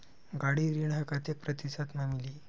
गाड़ी ऋण ह कतेक प्रतिशत म मिलही?